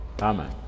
Amen